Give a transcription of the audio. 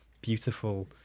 beautiful